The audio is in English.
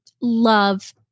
love